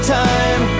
time